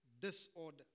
disorder